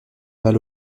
balle